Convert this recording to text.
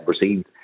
received